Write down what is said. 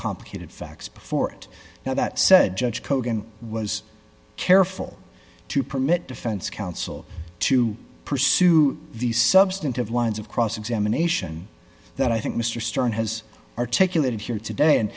complicated facts before it now that said judge kogan was careful to permit defense counsel to pursue the substantive lines of cross examination that i think mr stern has articulated here today and